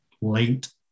late